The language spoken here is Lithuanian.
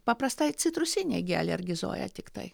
paprastai citrusiniai gi alergizuoja tiktai